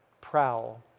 prowl